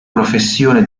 professione